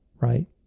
right